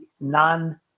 non